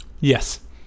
yes